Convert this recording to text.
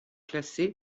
classé